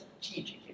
strategic